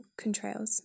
contrails